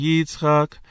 Yitzchak